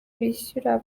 bishyura